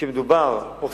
כשמדובר, כמו בצומת הירקון.